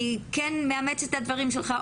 אני כן מאמצת את הדברים שלך,